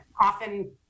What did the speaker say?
often